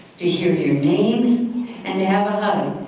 to here your name and to have a hug.